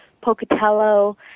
Pocatello